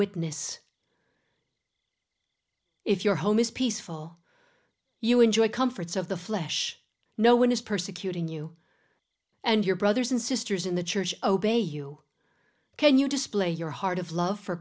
witness if your home is peaceful you enjoy comforts of the flesh no one is persecuting you and your brothers and sisters in the church obey you can you display your heart of love for